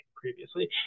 previously